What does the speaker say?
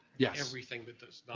yeah everything that does not,